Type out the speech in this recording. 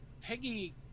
Peggy